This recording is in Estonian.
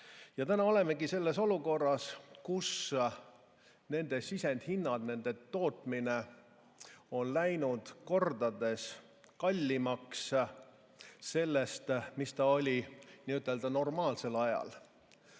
Täna olemegi selles olukorras, kus sisendhinnad ja tootmine on läinud kordades kallimaks sellest, mis ta oli nii-ütelda normaalsel ajal.